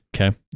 Okay